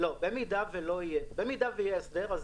במידה שיהיה הסדר,